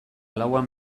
lauan